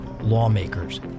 lawmakers